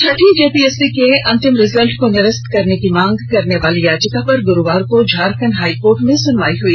छठी JPSC के अंतिम result को निरस्त करने की मांग करने वाली याचिका पर गुरुवार को झारखंड हाईकोर्ट में सुनवाई हुई